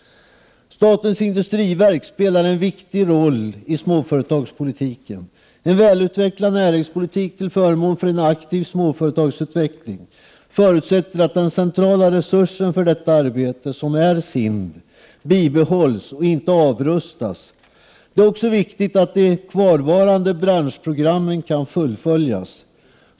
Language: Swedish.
Statens industriverk spelar en viktig roll i småföretagspolitiken. En välutvecklad näringspolitik till förmån för en aktiv småföretagsutveckling förutsätter att den centrala resursen för detta arbete, som är SIND, bibehålls och inte avrustas. Det är också viktigt att de kvarvarande branschprogrammen kan fullföljas.